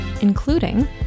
including